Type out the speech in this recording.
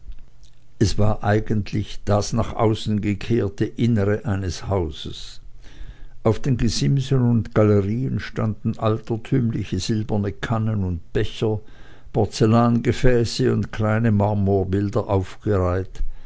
es war eigentlich das nach außen gekehrte innere eines hauses auf den gesimsen und galerien standen altertümliche silberne kannen und becher porzellangefäße und kleine marmorbilder aufgereiht